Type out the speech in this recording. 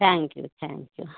thank you thank you